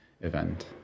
event